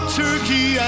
turkey